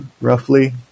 roughly